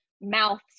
mouths